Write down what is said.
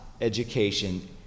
education